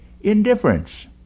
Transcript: indifference